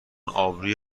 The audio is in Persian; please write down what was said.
آبروی